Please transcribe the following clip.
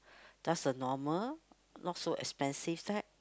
just a normal not so expensive fact